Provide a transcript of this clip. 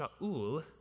Sha'ul